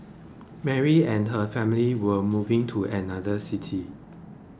Mary and her family were moving to another city